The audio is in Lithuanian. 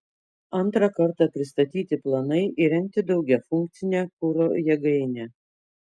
antrą kartą pristatyti planai įrengti daugiafunkcę kuro jėgainę